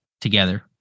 together